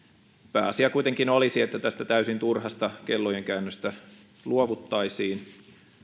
pääasia kuitenkin olisi että tästä täysin turhasta kellojen käännöstä luovuttaisiin